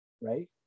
right